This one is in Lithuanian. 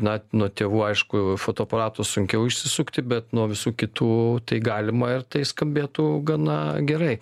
na nuo tėvų aišku fotoaparato sunkiau išsisukti bet nuo visų kitų tai galima ir tai skambėtų gana gerai